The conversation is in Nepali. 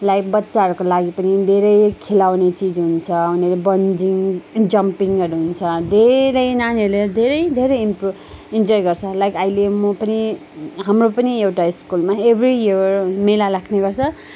लाइक बच्चाहरूको लागि पनि धेरै खेलाउने चिज हुन्छ हामीले बन्जिङ जम्पिङहरू हुन्छ धेरै नानीहरूले धेरै धेरै इन्प्रो इन्जोय गर्छ लाइक अहिले म पनि हाम्रो पनि एउटा स्कुलमा एभ्री इयर मेला लाग्ने गर्छ